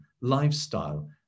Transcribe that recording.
lifestyle